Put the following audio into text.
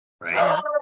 right